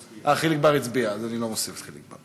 אה, חיליק בר הצביע, אז אני לא מוסיף את חיליק בר.